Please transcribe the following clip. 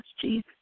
Jesus